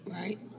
Right